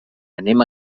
anem